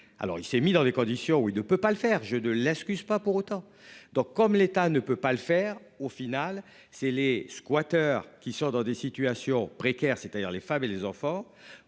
alors il s'est mis dans les conditions où il ne peut pas le faire je de l'excuse pas pour autant donc comme l'État ne peut pas le faire au final c'est les squatters qui sont dans des situations précaires, c'est-à-dire les femmes et les enfants